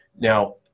Now